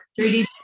3d